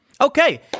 Okay